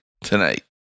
tonight